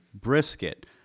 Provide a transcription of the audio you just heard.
brisket